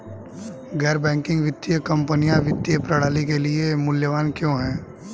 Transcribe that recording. गैर बैंकिंग वित्तीय कंपनियाँ वित्तीय प्रणाली के लिए मूल्यवान क्यों हैं?